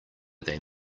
than